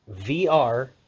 VR